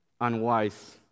Unwise